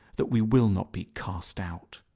that we will not be cast out.